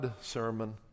sermon